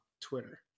Twitter